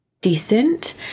decent